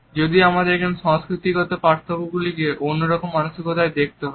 যদিও আমাদের এখানে সংস্কৃতিগত পার্থক্যগুলিকে অন্যরকম মানসিকতায় দেখতে হবে